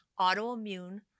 autoimmune